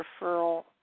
referral